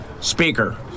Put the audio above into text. speaker